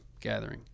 gathering